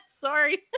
sorry